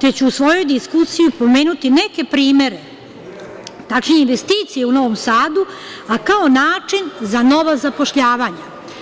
te ću u svojoj diskusiji pomenuti neke primere, tačnije investicije u Novom Sadu, a kao način za nova zapošljavanja.